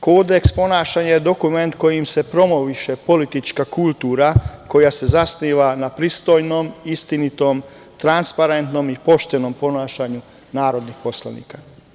Kodeks ponašanja je dokument koji se promoviše politička kultura koja se zasniva na pristojnom, istinitom, transparentnom i poštenom ponašanju narodnih poslanika.